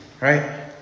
right